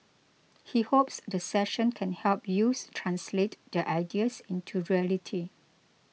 he hopes the session can help youths translate their ideas into reality